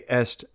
est